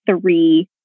three